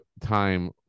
time